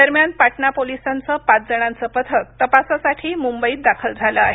दरम्यान पाटणा पोलिसांचं पाच जणांचं पथक तपासासाठी मुंबईत दाखल झालं आहे